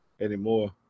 anymore